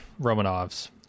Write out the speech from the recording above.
Romanovs